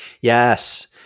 Yes